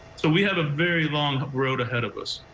so we have a very long road ahead of us.